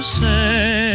say